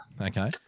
okay